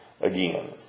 again